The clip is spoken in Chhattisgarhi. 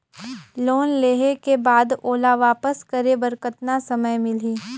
लोन लेहे के बाद ओला वापस करे बर कतना समय मिलही?